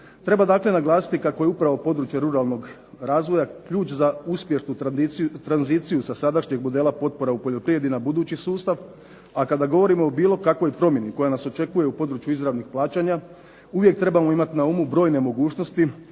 Treba dakle naglasiti kako je upravo područje ruralnog razvoja ključ za uspješnu tranziciju sa sadašnjeg modela potpora u poljoprivredi na budući sustav, a kada govorimo o bilo kakvoj promjeni koja nas očekuje u području izravnih plaćanja uvijek trebamo imati na umu brojne mogućnosti